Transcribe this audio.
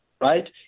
right